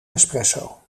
espresso